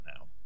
now